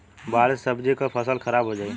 बाढ़ से सब्जी क फसल खराब हो जाई